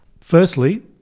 Firstly